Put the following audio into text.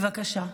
בבקשה.